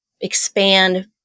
expand